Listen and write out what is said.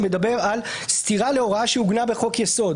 שמדבר על סתירה להוראה שעוגנה בחוק-יסוד,